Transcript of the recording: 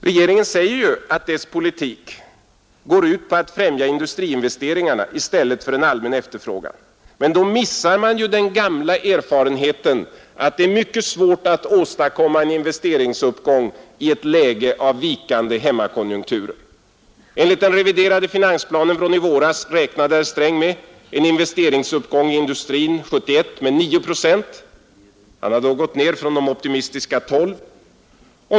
Regeringen säger att dess politik går ut på att främja industriinvesteringarna i stället för en allmän efterfrågan, men då missar man ju den gamla erfarenheten att det är mycket svårt att åstadkomma en investeringsuppgång i ett läge av vikande hemmakonjunkturer. Enligt den reviderade finansplanen från i våras räknade herr Sträng med en investeringsuppgång i industrin 1971 på 9 procent; han har då gått ned från de optimistiska 12.